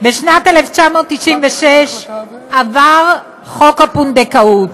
בשנת 1996 עבר חוק הפונדקאות.